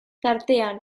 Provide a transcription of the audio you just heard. tartean